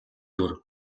дүр